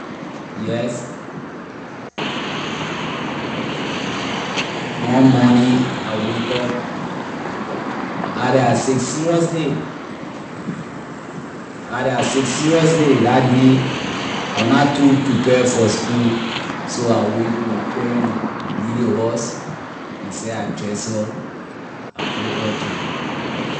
yes one morning I wake up I act like I sick seriously I act like I sick seriously la day I wor na too prepare for school so I when my parent lee ley house myself I dress up I go out too.